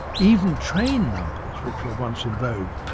even train numbers, which were once in vogue,